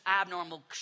abnormal